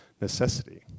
necessity